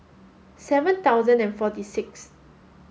seven thousand and forty six